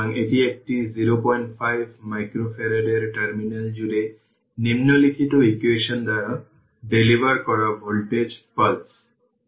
এখন প্রথমে capacitor terminal জুড়ে ইকুইভ্যালেন্ট বা থেভেনিন রেজিস্ট্যান্স পান